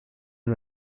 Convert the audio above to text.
und